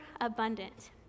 abundant